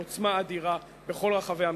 בעוצמה אדירה בכל רחבי המדינה.